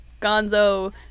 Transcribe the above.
Gonzo